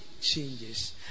changes